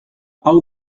hau